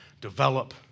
develop